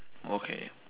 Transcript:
okay